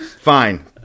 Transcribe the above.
Fine